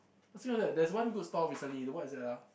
there's one good store recently the what is that ah